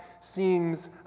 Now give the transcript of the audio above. seems